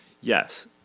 yes